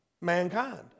mankind